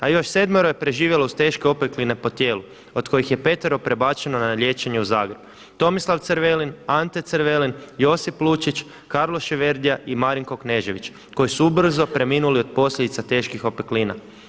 A još sedmero je preživjelo uz teške opekline po tijelu od kojih je petero prebačeno na liječenje u Zagreb Tomislav Crvelin, Ante Crvelin, Josip Lučić, Karlo Ševerdija i Marinko Kneživić koji su ubrzo preminuli od posljedica teških opeklina.